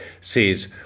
says